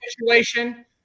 situation